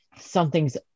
something's